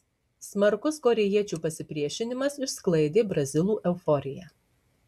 smarkus korėjiečių pasipriešinimas išsklaidė brazilų euforiją